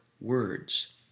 words